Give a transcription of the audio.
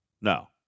No